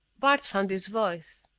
bart found his voice.